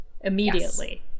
immediately